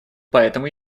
поэтому